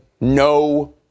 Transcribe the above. no